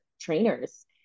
trainers